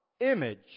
image